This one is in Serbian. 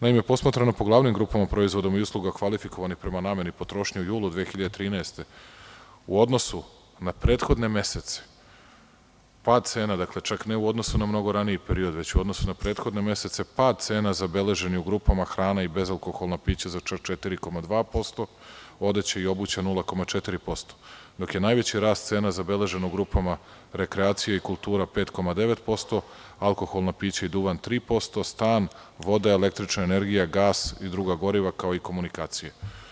Naime, posmatrano po glavnim grupama proizvoda i usluga kvalifikovanih prema nameni potrošnje, u julu 2013. godine u odnosu na prethodne mesece pad cena, čak ne u odnosu na mnogo raniji period, već u odnosu na prethodni mesec, zabeležen je u grupama hrane i bezalkoholnih pića za čak 4,2%, a odeće i obuće 0,4%, dok je najveći rast cena zabeležen u grupama rekreacije i kultura – 5,9%, alkoholna pića i duvan 3%, stan, voda, električna energija, gas i druga goriva, kao i komunikacije.